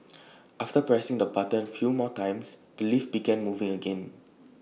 after pressing the button few more times the lift began moving again